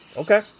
Okay